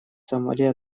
сомали